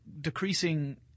decreasing